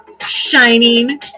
shining